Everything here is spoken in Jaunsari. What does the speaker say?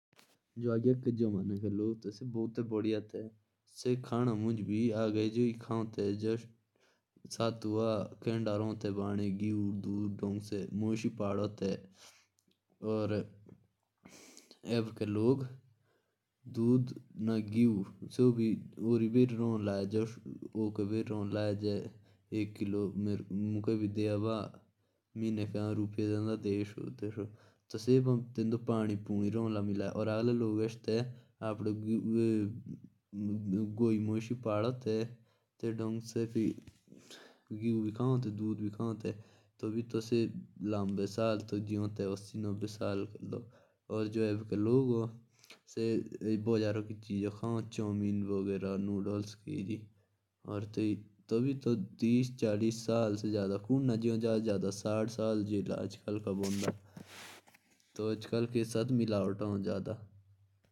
अब के खाने और पहले के खाने में बहुत जादा फ़र्क है। क्योकि अब के खाने में अब मिलावट हो रही है। और जो पहले खाते थे अपना उगा के खाते थे।